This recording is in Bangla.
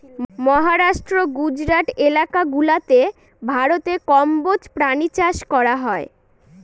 মহারাষ্ট্র, গুজরাট এলাকা গুলাতে ভারতে কম্বোজ প্রাণী চাষ করা হয়